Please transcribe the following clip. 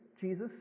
Jesus